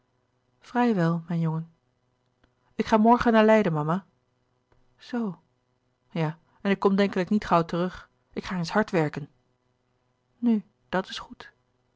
vrijwel mijn jongen ik ga morgen naar leiden mama zoo ja en ik kom denkelijk niet gauw terug ik ga eens hard werken nu dat is goed